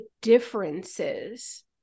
differences